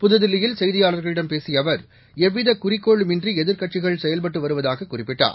புதுதில்லியில் செய்தியாளர்களிடம் பேசிய அவர் எவ்வித குறிக்கோளும் இன்றி எதிர்க்கட்சிகள் செயல்பட்டு வருவதாகக் குறிப்பிட்டார்